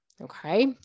Okay